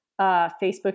Facebook